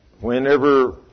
Whenever